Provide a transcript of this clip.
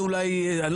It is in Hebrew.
תודה.